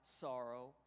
sorrow